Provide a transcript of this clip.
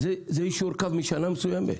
זה יישור קו משנה מסוימת.